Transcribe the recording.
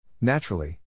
Naturally